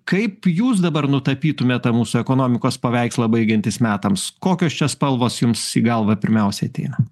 kaip jūs dabar nutapytumėt tą mūsų ekonomikos paveikslą baigiantis metams kokios čia spalvos jums į galvą pirmiausiai ateina